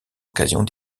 occasions